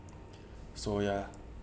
so ya